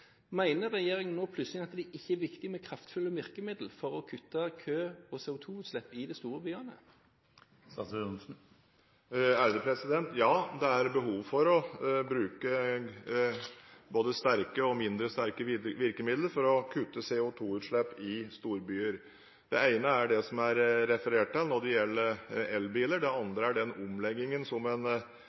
regjeringen nå plutselig at det ikke er viktig med kraftfulle virkemidler for å kutte køer og CO2-utslipp i de store byene? Det er behov for å bruke både sterke og mindre sterke virkemidler for å kutte i CO2-utslippene i storbyer. Det ene gjelder det som det er referert til når det gjelder elbiler, det andre er den omleggingen som